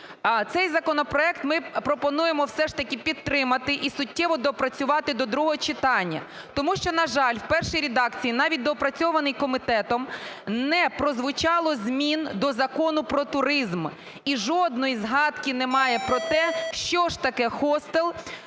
Цей законопроект ми пропонуємо все ж таки підтримати і суттєво доопрацювати до другого читання, тому що, на жаль, в першій редакції, навіть доопрацьованій комітетом, не прозвучало змін до Закону "Про туризм" і жодної згадки немає про те, що ж таке "хостел".